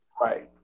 Right